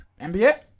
NBA